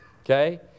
Okay